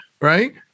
Right